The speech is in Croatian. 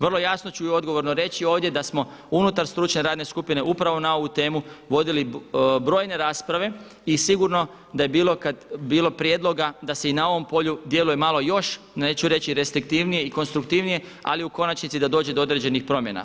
Vrlo jasno ću i odgovorno reći ovdje da smo unutar stručne radne skupine upravo na ovu temu vodili brojne rasprave i sigurno da je bilo prijedloga da se i na ovom polju djeluje malo još, neću reći restriktivnije i konstruktivnije, ali u konačnici da dođe do određenih promjena.